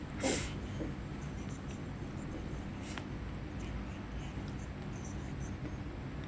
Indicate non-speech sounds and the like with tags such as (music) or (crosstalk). (breath)